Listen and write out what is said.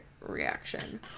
reaction